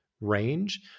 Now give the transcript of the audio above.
range